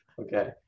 Okay